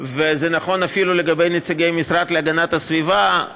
וזה נכון אפילו לגבי נציגי המשרד להגנת הסביבה,